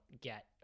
get